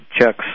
checks